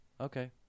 okay